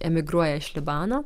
emigruoja iš libano